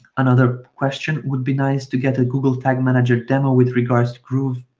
another question would be nice to get a google tag manager demo with regards to groove,